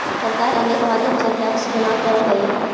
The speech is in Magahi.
सरकार अनेक माध्यम से टैक्स जमा करऽ हई